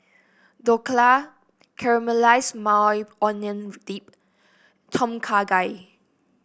Dhokla Caramelized Maui Onion Dip Tom Kha Gai